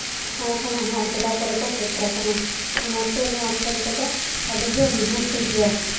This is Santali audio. ᱥᱮᱬᱟ ᱥᱮᱬᱟ ᱟᱜ ᱡᱟᱭᱜᱟ ᱠᱚᱨᱮ ᱠᱚ ᱥᱮᱴᱮᱨ ᱠᱟᱱᱟ ᱚᱱᱟᱛᱮ ᱱᱚᱣᱟ ᱠᱷᱮᱞ ᱠᱚᱫᱚ ᱟᱹᱰᱤᱜᱮ ᱱᱤᱦᱟᱹᱛᱤ ᱜᱮᱭᱟ